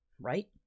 right